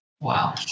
Wow